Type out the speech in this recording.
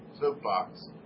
soapbox